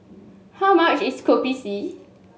how much is Kopi C